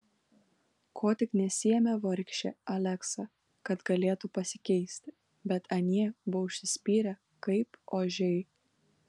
ko tik nesiėmė vargšė aleksa kad galėtų pasikeisti bet anie buvo užsispyrę kaip ožiai